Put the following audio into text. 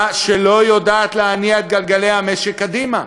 שלא יודעת להניע את גלגלי המשק קדימה.